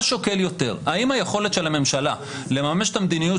האם היכולת של הממשלה לממש את המדיניות